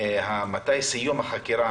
מתי סיום החקירה